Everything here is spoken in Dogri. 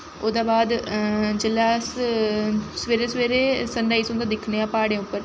ओह्दे बाद जेल्लै अस सवेरै सवेरै सन राइज होंदा दिक्खने आं प्हाड़ें उप्पर